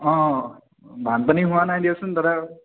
অ' বানপানী হোৱা নাই দিয়কচোন দাদা